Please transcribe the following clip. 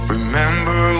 Remember